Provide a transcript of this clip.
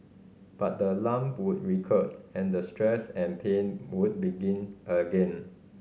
but the lump would recur and the stress and pain would begin again